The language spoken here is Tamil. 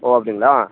ஓ அப்படிங்களா